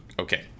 Okay